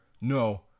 No